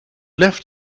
left